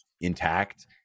intact